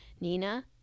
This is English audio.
Nina